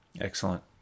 Excellent